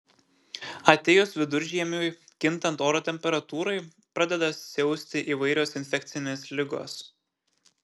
atėjus viduržiemiui kintant oro temperatūrai pradeda siausti įvairios infekcinės ligos